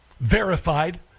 verified